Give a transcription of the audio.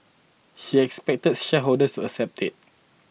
he expected shareholders to accept it